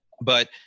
but-